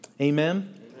Amen